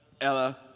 Ella